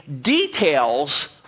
details